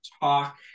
talk